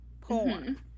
porn